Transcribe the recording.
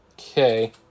Okay